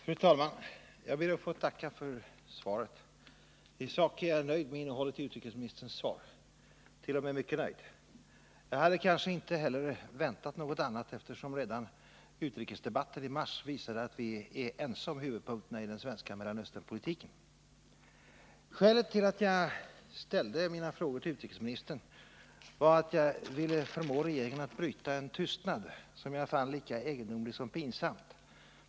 Fru talman! Jag ber att få tacka utrikesministern för svaret. I sak är jag nöjd med innehållet i detta, t.o.m. mycket nöjd. Jag hade kanske inte heller väntat något annat, eftersom redan utrikesdebatten i mars visade att vi är ense om huvudpunkterna i den svenska Mellanösternpolitiken. Skälet till att jag ställde mina frågor till utrikesministern var att jag ville förmå regeringen att bryta en tystnad som jag fann lika egendomlig som pinsam.